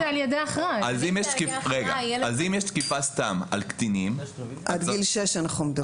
אם יש תקיפה סתם כלפי קטינים- -- אנחנו מדברים עד גיל שש.